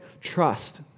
trust